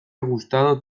gustado